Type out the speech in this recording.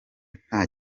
nta